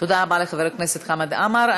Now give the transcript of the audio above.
תודה רבה לחבר הכנסת חמד עמאר.